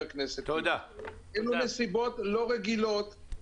אלה נסיבות לא רגילות,